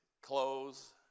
clothes